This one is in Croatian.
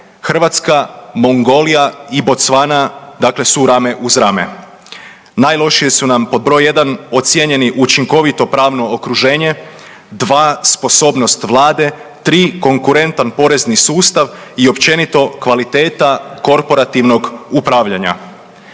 Hrvatska, Mongolija i Bocvana, dakle su rame uz rame. Najlošije su nam pod broj jedan ocijenjeni učinkovito pravno okruženje, dva sposobnost vlade, tri konkurentan porezni sustav i općenito kvaliteta korporativnog upravljanja.